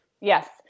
yes